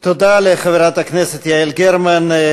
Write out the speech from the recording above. תודה לחברת הכנסת יעל גרמן.